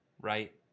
right